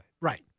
Right